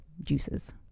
juices